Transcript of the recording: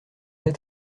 est